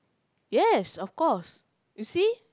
yes of course you see